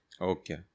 okay